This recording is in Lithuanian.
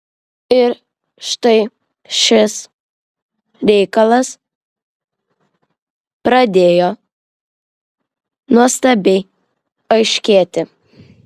ir štai šis reikalas pradėjo nuostabiai aiškėti